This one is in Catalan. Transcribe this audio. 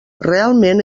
realment